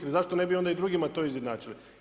I zašto ne bi onda i drugima to izjednačili?